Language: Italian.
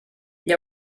gli